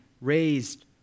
raised